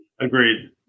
Agreed